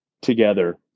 together